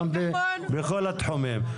בכל התחומים.